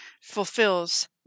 fulfills